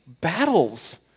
battles